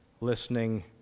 listening